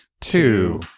Two